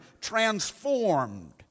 transformed